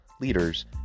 leaders